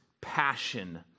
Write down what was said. passion